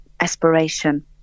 aspiration